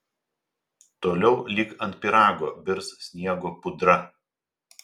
toliau lyg ant pyrago birs sniego pudra